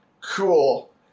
cool